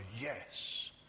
yes